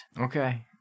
okay